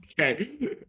Okay